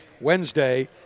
Wednesday